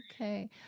Okay